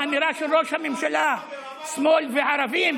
ולכן האמירה של ראש הממשלה: שמאל וערבים,